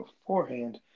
beforehand